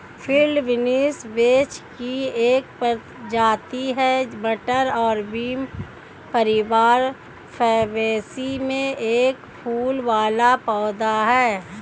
field beans वेच की एक प्रजाति है, मटर और बीन परिवार फैबेसी में एक फूल वाला पौधा है